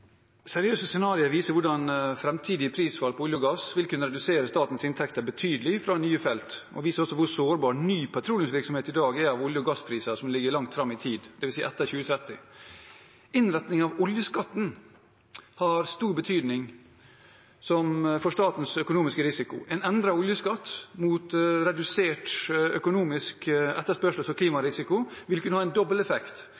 Seriøse scenarioer viser hvordan framtidig prisfall på olje og gass vil kunne redusere statens inntekter betydelig fra nye felt og viser hvor sårbar ny petroleumsvirksomhet i dag er med hensyn til olje- og gasspriser som ligger lang fram i tid, dvs. etter 2030. Innretningen av oljeskatten har stor betydning for statens økonomiske risiko. En endret oljeskatt mot redusert økonomisk etterspørsels- og